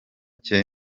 cye